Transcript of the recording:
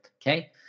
Okay